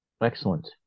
Excellent